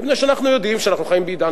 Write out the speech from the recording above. מפני שאנחנו יודעים שאנחנו חיים בעידן